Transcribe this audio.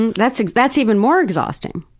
and that's that's even more exhausting.